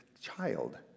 child